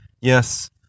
Yes